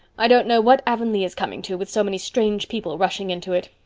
i don't know what avonlea is coming to, with so many strange people rushing into it.